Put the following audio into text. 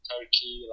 Turkey